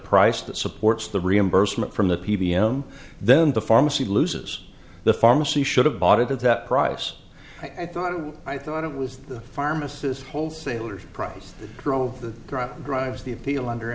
price that supports the reimbursement from the p b m then the pharmacy loses the pharmacy should have bought it at that price i thought i thought it was the pharmacists wholesalers prize drove the drug drives the appeal under